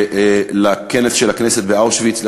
לכנס של הכנסת באושוויץ,